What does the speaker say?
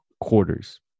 quarters